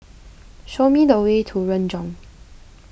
show me the way to Renjong